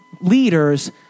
leaders